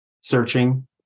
searching